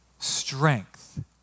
strength